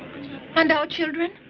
and our children?